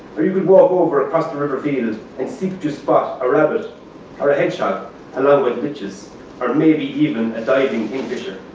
or you could walk over across the river field and see could you spot a rabbit or a hedgehog along with leeches or maybe even a diving king fisher.